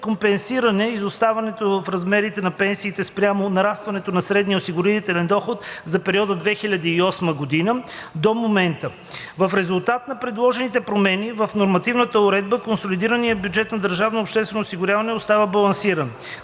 компенсиране изоставането в размерите на пенсиите спрямо нарастването на средния осигурителен доход за периода от 2008 г. до момента. В резултат на предложените промени в нормативната уредба консолидираният бюджет на държавното